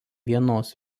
vienos